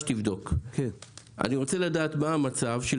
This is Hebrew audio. כדי שתבדוק: אני רוצה לדעת מה המצב של